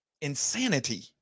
insanity